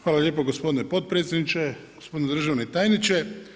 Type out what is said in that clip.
Hvala lijepo gospodine potpredsjedniče, gospodine državni tajniče.